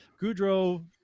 Goudreau